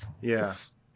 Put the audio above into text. Yes